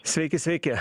sveiki sveiki